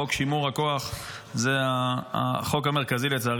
חוק שימור הכוח זה החוק המרכזי,